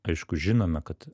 aišku žinome kad